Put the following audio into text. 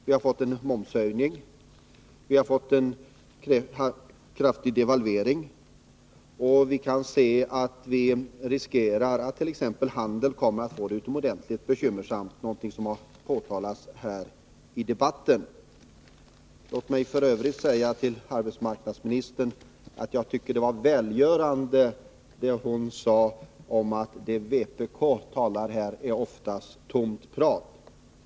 Vi har fått en momshöjning och en kraftig devalvering, och vi riskerar att t.ex. handeln kommer att få det utomordentligt bekymmersamt — vilket har påtalats i debatten. Låt mig f. ö. säga till arbetsmarknadsministern att jag tyckte att det var välgörande att hon sade att det man från vpk säger oftast är tomt prat.